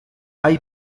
hay